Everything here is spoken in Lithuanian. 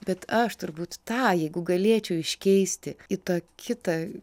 bet aš turbūt tą jeigu galėčiau iškeisti į tą kitą